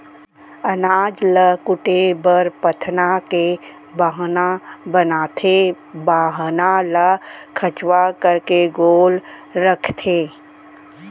अनाज ल कूटे बर पथना के बाहना बनाथे, बाहना ल खंचवा करके गोल रखथें